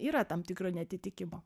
yra tam tikro neatitikimo